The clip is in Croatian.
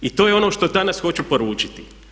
I to je ono što danas hoću poručiti.